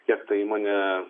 kiek ta įmonė